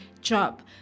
job